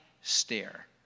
stare